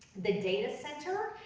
the data center